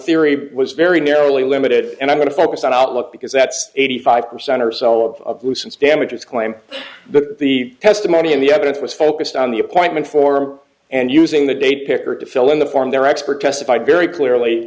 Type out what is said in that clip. theory was very narrowly limited and i'm going to focus on outlook because that's eighty five percent or so of since damages claim but the testimony of the evidence was focused on the appointment form and using the date picker to fill in the form their expert testified very clearly